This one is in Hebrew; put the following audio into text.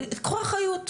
קחו אחריות.